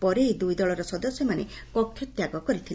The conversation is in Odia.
ପରେ ଏହି ଦୁଇ ଦଳର ସଦସ୍ୟମାନେ କକ୍ଷତ୍ୟାଗ କରିଥିଲେ